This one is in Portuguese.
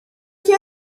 que